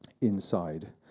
Inside